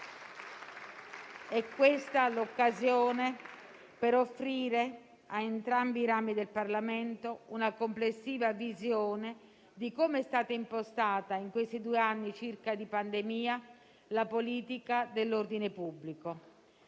è questa l'occasione per offrire a entrambi i rami del Parlamento una complessiva visione di come è stata impostata, in questi due anni circa di pandemia, la politica dell'ordine pubblico.